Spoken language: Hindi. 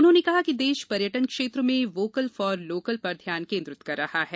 उन्होंने कहा कि देश पर्यटन क्षेत्र में वोकल फार लोकल पर ध्यान केन्द्रित कर रहा है